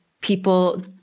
people